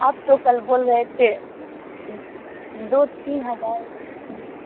آپ تو کل بول رہے تھ دو تین ہزار میں